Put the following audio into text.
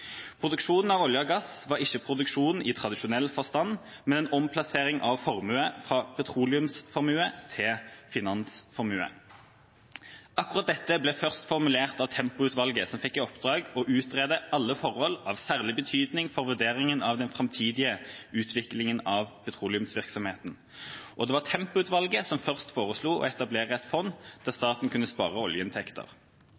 produksjonen er ventet fram til år 2050. Men selv om perspektivet for oljealderens varighet mildt sagt var kort, hadde en et langsiktig perspektiv på forvaltninga av inntektene fra «oljå». Produksjon av olje og gass var ikke produksjon i tradisjonell forstand, men en omplassering av formue, fra petroleumsformue til finansformue. Akkurat dette ble først formulert av Tempoutvalget, som fikk i oppdrag å utrede «alle forhold som er av særlig betydning for vurderingen av